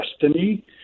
destiny